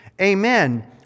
amen